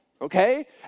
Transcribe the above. Okay